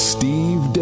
Steve